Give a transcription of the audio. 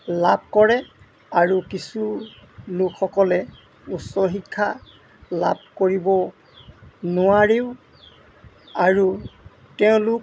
লাভ কৰে আৰু কিছু লোকসকলে উচ্চ শিক্ষা লাভ কৰিব নোৱাৰিও আৰু তেওঁলোক